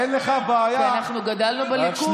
אין לך בעיה, כי אנחנו גדלנו בליכוד.